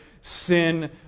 sin